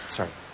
Sorry